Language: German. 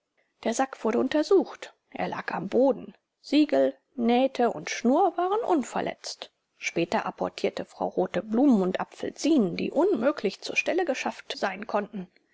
der sack wurde untersucht er lag am boden siegel nähte und schnur waren unverletzt später apportierte frau rothe blumen und apfelsinen die unmöglich zur stelle geschafft sein konnten